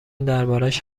دربارش